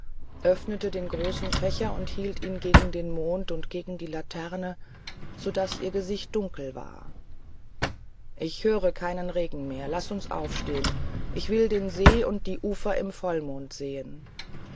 öffnete den großen fächer und hielt ihn gegen den mond und gegen die laterne so daß ihr gesicht dunkel war ich höre keinen regen mehr laß uns aufstehen ich will den see und die ufer im vollmond sehen